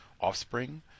offspring